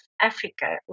Africa